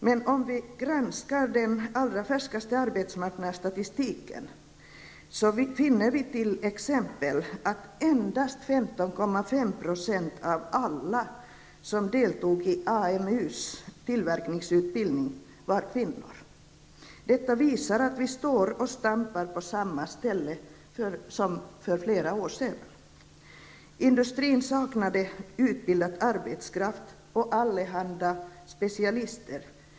Men om vi granskar den allra färskaste arbetsmarknadsstatistiken, finner vi t.ex. att endast 15,5 % av alla som deltog i AMUs tillverkningsutbildning var kvinnor. Det visar att vi står och stampar på samma ställe som för flera år sedan. Industrin saknade utbildad arbetskraft och allehanda specialister.